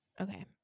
okay